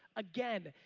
again,